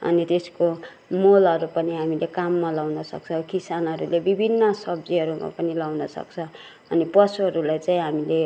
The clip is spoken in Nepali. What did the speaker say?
अनि त्यसको मोलहरू पनि हामीले काममा लाउन सक्छ किसानहरूले विभिन्न सब्जीहरूमा पनि लाउन सक्छ अनि पशुहरूलाई चाहिँ हामीले